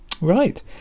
Right